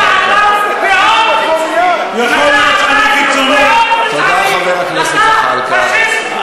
חברת הכנסת חנין,